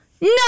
No